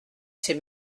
ces